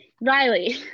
Riley